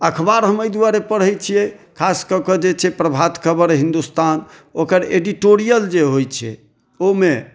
अखबार हम एहि दुआरे पढ़ै छियै खास कए कऽ जे छै प्रभात खबर हिन्दुस्तान ओकर एडिटोरियल जे होइ छै ओहिमे